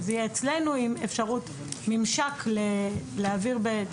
שזה יהיה אצלנו עם אפשרות ממשק להעביר את